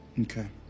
Okay